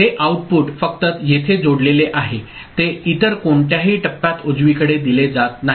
हे आउटपुट फक्त येथे जोडलेले आहे ते इतर कोणत्याही टप्प्यात उजवीकडे दिले जात नाही